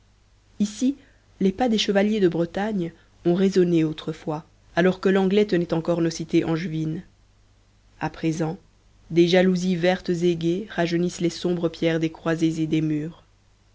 ici les pas des chevaliers de bretagne ont résonné autrefois alors que l'anglais tenait encore nos cités angevines à présent des jalousies vertes et gaies rajeunissent les sombres pierres des croisées et des murs